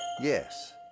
Yes